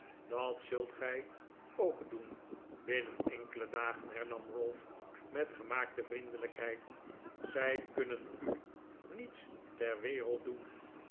dat zult gij ook doen binnen enkele dagen hernam ralph met gemaakte vriendelijkheid zij kunnen u niets ter wereld doen